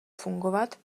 fungovat